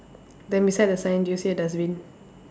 then beside the sign do you see a dustbin